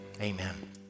amen